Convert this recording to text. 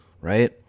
right